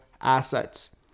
assets